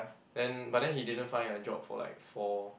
and but then he didn't find a job for like four